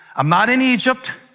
i'm not in egypt,